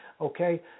Okay